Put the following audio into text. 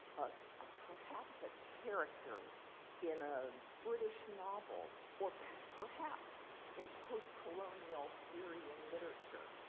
ah ah perhaps a character in a british novel or perhaps in post-colonial theory and literature.